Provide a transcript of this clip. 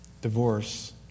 divorce